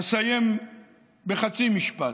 אסיים בחצי משפט.